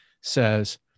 says